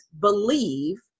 believe